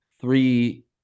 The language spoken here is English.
three